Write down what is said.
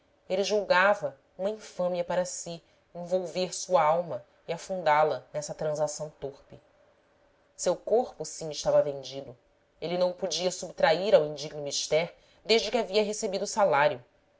ele julgava uma infâmia para si envolver sua alma e afundá la nessa transação torpe seu corpo sim estava vendido ele não o podia subtrair ao indigno mister desde que havia recebido o salário